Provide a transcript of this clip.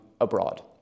abroad